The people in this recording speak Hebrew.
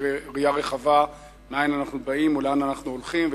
איזו ראייה רחבה מאין אנחנו באים ולאן אנחנו הולכים.